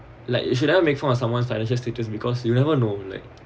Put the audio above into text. like you shouldn't make fun of someone's financial status because you never know like